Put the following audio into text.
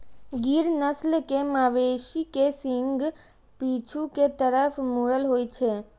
गिर नस्ल के मवेशी के सींग पीछू के तरफ मुड़ल होइ छै